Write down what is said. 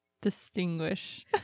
distinguish